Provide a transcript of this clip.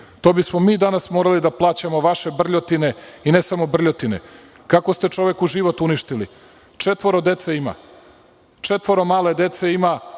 To bismo mi danas morali da plaćamo vaše brljotine, i ne samo brljotine, kako ste čoveku život uništili. Četvoro male dece ima.